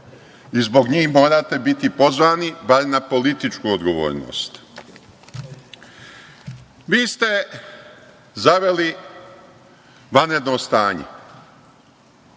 i zbog njih morate biti pozvani, bar na političku odgovornost. Vi ste zaveli vanredno stanje,